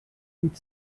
with